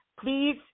please